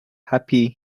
happy